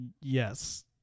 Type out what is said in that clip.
Yes